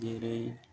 जेरै